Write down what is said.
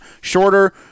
shorter